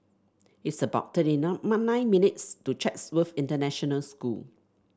it's about thirty nine minutes' to Chatsworth International School